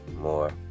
more